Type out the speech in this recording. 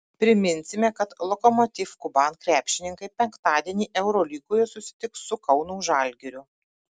priminsime kad lokomotiv kuban krepšininkai penktadienį eurolygoje susitiks su kauno žalgiriu